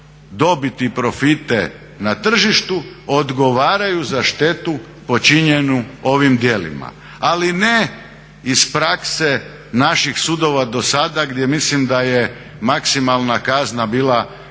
dobit i profite na tržištu odgovaraju za štetu počinjenu ovim djelima. Ali ne iz prakse naših sudova dosada gdje mislim da je maksimalna kazna bila